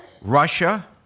Russia